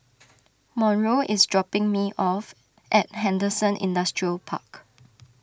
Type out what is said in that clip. Monroe is dropping me off at Henderson Industrial Park